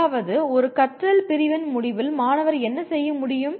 அதாவது ஒரு கற்றல் பிரிவின் முடிவில் மாணவர் என்ன செய்ய முடியும்